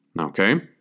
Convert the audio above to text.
Okay